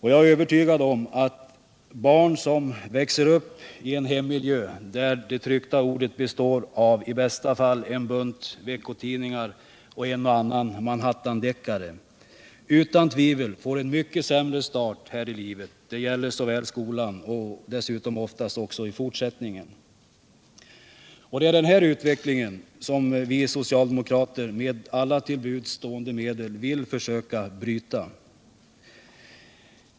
Jag är övertygad om att barn som växer upp i en miljö där det tryckta ordet består av i bästa fall en bunt veckotidningar och en och annan Manhattandeckare utan tvivel får en mycket sämre start här i livet, både när det gäller skolan och i fortsättningen. Det är den utvecklingen vi socialdemokrater med alla till buds stående medel vill försöka bryta.